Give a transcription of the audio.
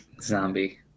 zombie